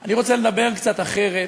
אני רוצה לדבר קצת אחרת.